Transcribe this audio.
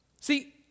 See